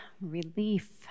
relief